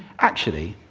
actually,